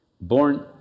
born